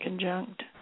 conjunct